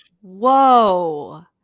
Whoa